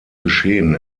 geschehen